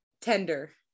Tender